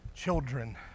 Children